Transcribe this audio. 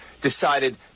decided